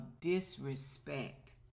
disrespect